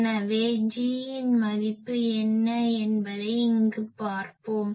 எனவே G இன் மதிப்பு என்ன என்பதை இங்கு பார்ப்போம்